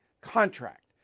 contract